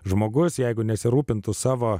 žmogus jeigu nesirūpintų savo